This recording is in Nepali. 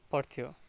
पर्थ्यो